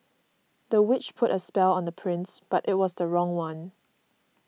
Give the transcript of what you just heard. the witch put a spell on the prince but it was the wrong one